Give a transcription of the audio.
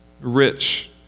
rich